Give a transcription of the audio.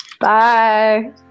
Bye